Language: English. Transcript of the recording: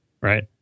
right